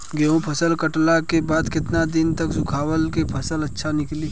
गेंहू फसल कटला के बाद केतना दिन तक सुखावला से फसल अच्छा निकली?